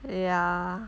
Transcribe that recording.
ya